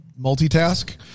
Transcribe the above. multitask